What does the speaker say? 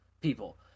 people